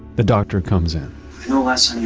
the doctor comes in you